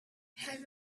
have